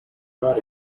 not